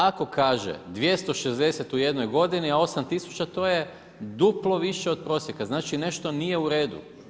Ako kaže 260 u jednoj godini a 8000 to je duplo više od prosjeka, znači nešto nije u redu.